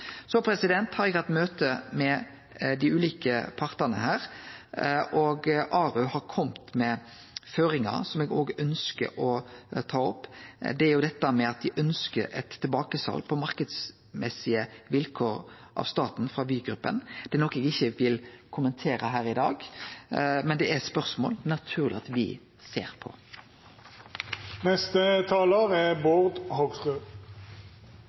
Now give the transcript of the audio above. har hatt møte med dei ulike partane her, og ARU, Aurland Ressursutvikling, har kome med føringar som eg òg ønskjer å ta opp. Det er dette med at dei ønskjer eit tilbakesal på marknadsmessige vilkår av staten, frå Vygruppa. Det er noko eg ikkje vil kommentere her i dag, men det er spørsmål det er naturleg at me ser